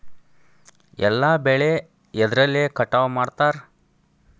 ಎಲ್ಲ ಬೆಳೆ ಎದ್ರಲೆ ಕಟಾವು ಮಾಡ್ತಾರ್?